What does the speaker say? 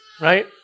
Right